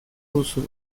duzu